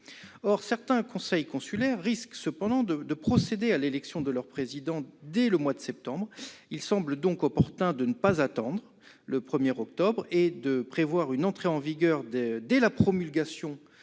Certains conseils consulaires risquant cependant de procéder à l'élection de leur président dès septembre, il semble opportun de ne pas attendre le 1 octobre et de prévoir une entrée en vigueur dès la promulgation